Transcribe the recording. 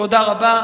תודה רבה.